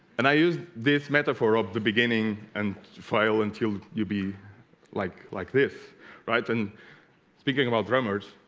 and i used this metaphor up the beginning and file until you be like like this right and speaking about dreamers